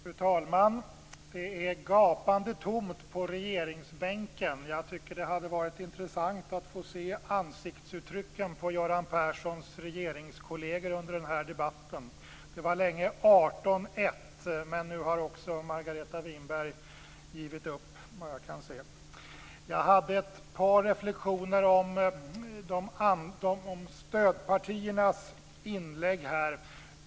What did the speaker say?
Fru talman! Det är gapande tomt på regeringsbänken. Jag tycker att det hade varit intressant att få se ansiktsuttrycken på Göran Perssons regeringskolleger under den här debatten. Det var länge 18-1, men nu har också Margareta Winberg givit upp, såvitt jag kan se. Jag har ett par reflexioner över stödpartiernas inlägg.